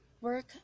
work